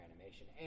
animation